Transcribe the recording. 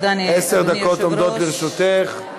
עשר דקות עומדות לרשותך.